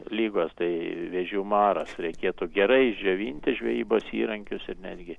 ligos tai vėžių maras reikėtų gerai išdžiovinti žvejybos įrankius ir netgi